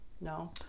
No